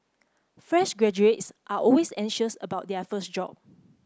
fresh graduates are always anxious about their first job